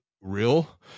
real